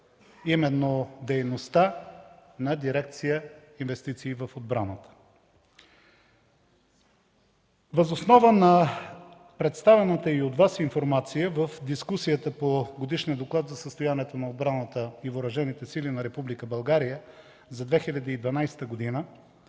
именно дейността на дирекция „Инвестиции в отбраната”. Въз основа на представената и от Вас информация в дискусията по Годишния доклад за състоянието на отбраната и Въоръжените сили на Република